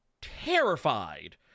terrified